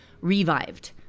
revived